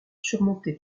surmonter